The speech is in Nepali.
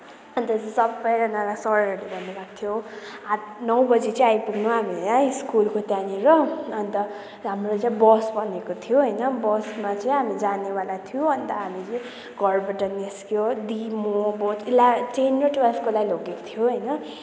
अन्त सबैजनालाई सरहरूले भन्नुभएको थियो आठ नौ बजी चाहिँ आइपुग्नु हामीलाई स्कुलको त्यहाँनिर अन्त हाम्रो चाहिँ बस भनेको थियो होइन बसमा चाहिँ हामी जानेवाला थियो अन्त हामी चाहिँ घरबाट निस्कियो दि म बोथ इला टेन र ट्वेल्भकोलाई लगेको थियो होइन